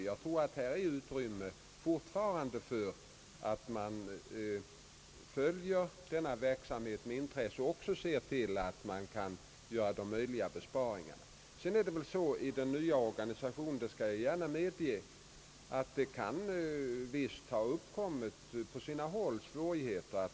Jag tror att det fortfarande finns anledning att följa denna verksamhet med intresse men också ser till att man gör möjliga besparingar. Jag skall gärna medge att det i den nya organisationen kan på sina håll ha uppkommit svårigheter.